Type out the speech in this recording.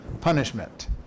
punishment